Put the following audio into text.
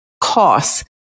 costs